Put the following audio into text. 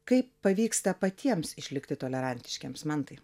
kaip pavyksta patiems išlikti tolerantiškiems mantai